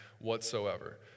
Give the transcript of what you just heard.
whatsoever